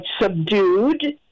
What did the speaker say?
subdued